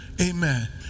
Amen